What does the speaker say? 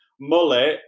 mullet